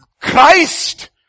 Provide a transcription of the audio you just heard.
Christ